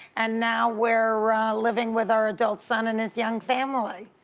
and now we're living with our adult son and his young family.